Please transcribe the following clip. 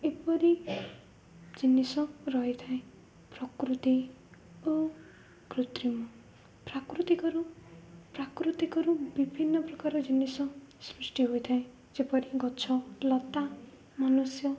ଏପରି ଜିନିଷ ରହିଥାଏ ପ୍ରକୃତି ଓ କୃତ୍ରିମ ପ୍ରାକୃତିକରୁ ପ୍ରାକୃତିକରୁ ବିଭିନ୍ନ ପ୍ରକାର ଜିନିଷ ସୃଷ୍ଟି ହୋଇଥାଏ ଯେପରି ଗଛ ଲତା ମନୁଷ୍ୟ